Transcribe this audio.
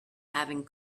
having